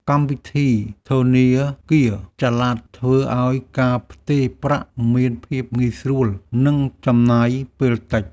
កម្មវិធីធនាគារចល័ត ធ្វើឱ្យការផ្ទេរប្រាក់មានភាពងាយស្រួល និងចំណាយពេលតិច។